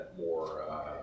more